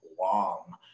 long